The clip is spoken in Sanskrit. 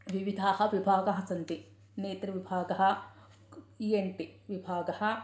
विविधाः विभागः सन्ति नेत्रविभागः ई एन् टि विभागः